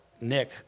Nick